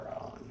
on